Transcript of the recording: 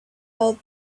held